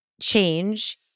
change